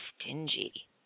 stingy